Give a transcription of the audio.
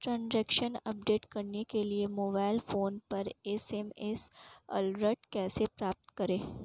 Transaction update के लिए mobile phone पर एस.एम.एस अलर्ट कैसे प्राप्त करें?